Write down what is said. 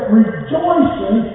rejoicing